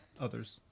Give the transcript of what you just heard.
others